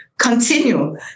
continue